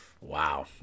wow